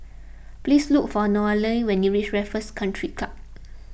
please look for Noelia when you reach Raffles Country Club